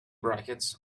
brackets